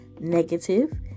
negative